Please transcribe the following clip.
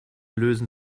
lösen